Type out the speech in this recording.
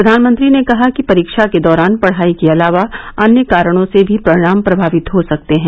प्रधानमंत्री ने कहा कि परीक्षा के दौरान पढ़ाई के अलावा अन्य कारणों से भी परिणाम प्रभावित हो सकते हैं